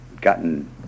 gotten